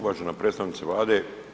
Uvažena predstavnice Vlade.